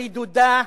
רדודה,